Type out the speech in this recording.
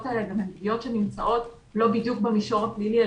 האלה הן גם פגיעות שנמצאות לא בדיוק במישור הפלילי,